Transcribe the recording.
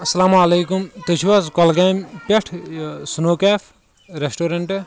اسلامُ علیکُم تُہۍ چھِو حظ کۄلگامہِ پٮ۪ٹھ سنو کیف ریٚسٹورنٹ